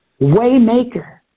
Waymaker